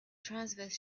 transverse